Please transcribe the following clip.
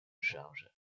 charge